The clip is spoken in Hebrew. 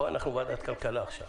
פה אנחנו בוועדת הכלכלה עכשיו.